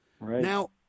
Now